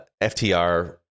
FTR